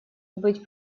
быть